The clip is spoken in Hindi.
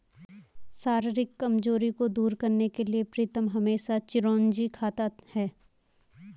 शारीरिक कमजोरी को दूर करने के लिए प्रीतम हमेशा चिरौंजी खाता है